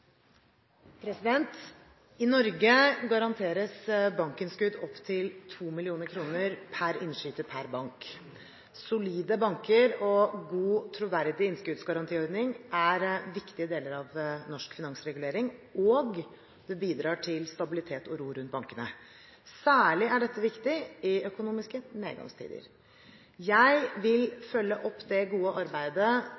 og troverdig innskuddsgarantiordning er viktige deler av norsk finansregulering, og det bidrar til stabilitet og ro rundt bankene. Særlig er dette viktig i økonomiske nedgangstider.